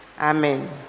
Amen